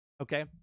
okay